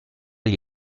gli